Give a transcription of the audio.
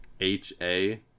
H-A